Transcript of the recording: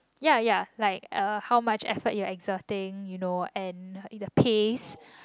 ya ya like uh how much effort you're exerting you know and the pace